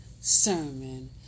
sermon